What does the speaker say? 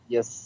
Yes